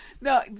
No